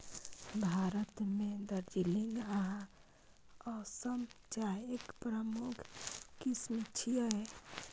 भारत मे दार्जिलिंग आ असम चायक प्रमुख किस्म छियै